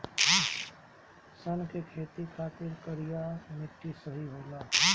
सन के खेती खातिर करिया मिट्टी सही होला